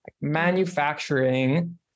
manufacturing